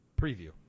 preview